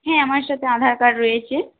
হ্যাঁ আমার সাথে আধার কার্ড রয়েছে